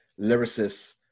lyricist